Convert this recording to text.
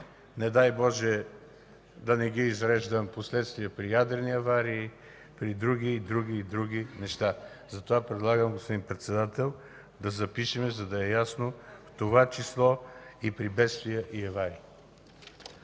не дай Боже, да не ги изреждам – последствия при ядрени аварии, други и други неща. Затова предлагам, господин Председател, да запишем, за да е ясно: „в това число при бедствия и аварии”.